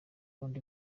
undi